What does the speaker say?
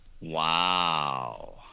Wow